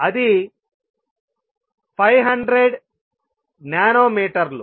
అది 500 నానో మీటర్లు